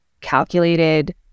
calculated